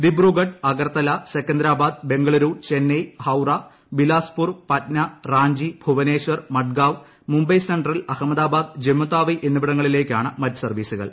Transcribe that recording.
ദിബ്രുഗഡ് അഗർത്തല സെക്കന്തരാബാദ് ബംഗളൂരു ചെന്നൈ ഹൌറ ബിലാസ്പൂർ പറ്റ്ന റാഞ്ചി ഭുവനേശ്വർ മഡ്ഗാവ് ന മുംബൈ സെൻട്രൽ അഹമ്മദാബാദ് ജമ്മു താവി എന്നിവിടങ്ങളിലേയ്ക്കാണ് മറ്റ് സർവ്വീസുകൾ